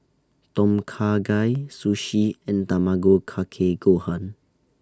Tom Kha Gai Sushi and Tamago Kake Gohan